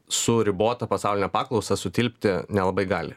su ribota pasauline paklausa sutilpti nelabai gali